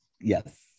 Yes